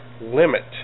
limit